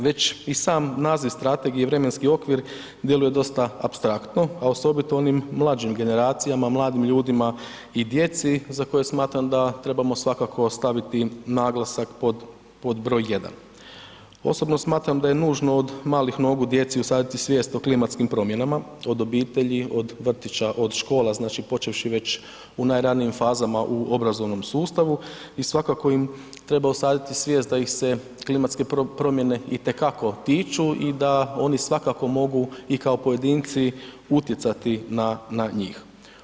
Već i sam naziv strategije i vremenski okvir djeluje dosta apstraktno, a osobito onim mlađim generacijama, mladim ljudima i djeci za koje smatram da trebamo svakako staviti naglasak pod broj 1. Osobno smatram da je nužno od malih nogu djeci usaditi svijest o klimatskim promjenama, od obitelji, od vrtića, od škola znači počevši već u najranijim fazama u obrazovnom sustavu i svakako im treba usaditi svijest da ih se klimatske promjene i te kako tiču i da oni svakako mogu i kao pojedinci utjecati na njih.